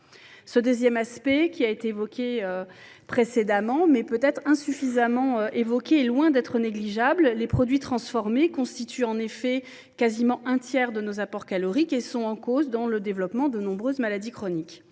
Ce second aspect, qui a été évoqué précédemment, mais peut être insuffisamment, est loin d’être négligeable : les produits transformés constituent quasiment un tiers de nos apports caloriques et sont en cause dans le développement de nombreuses maladies chroniques.